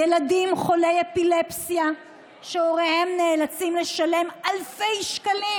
ילדים חולי אפילפסיה שהוריהם נאלצים לשלם אלפי שקלים